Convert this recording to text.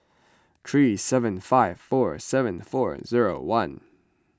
three seven five four seven four zero one